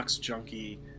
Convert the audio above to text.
Junkie